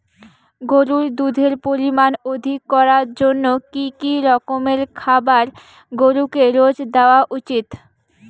গরুর দুধের পরিমান অধিক করার জন্য কি কি রকমের খাবার গরুকে রোজ দেওয়া উচিৎ?